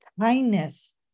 kindness